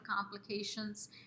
complications